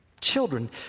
Children